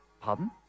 Pardon